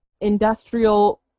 industrial